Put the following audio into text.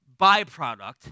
byproduct